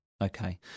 okay